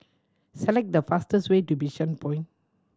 select the fastest way to Bishan Point